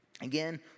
Again